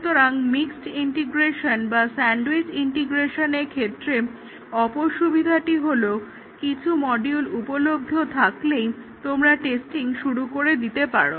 সুতরাং mixed integration বা sandwich ইন্টিগ্রেশনের ক্ষেত্রে অপর সুবিধাটি হলো কিছু মডিউল উপলব্ধ থাকলেই তোমরা টেস্টিং শুরু করে দিতে পারো